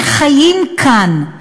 שחיים כאן,